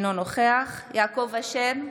אינו נוכח יעקב אשר,